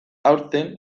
aurten